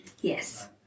Yes